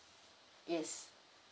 yes